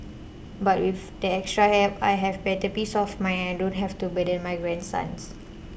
but with the extra help I have better peace of mind and I don't have to burden my grandsons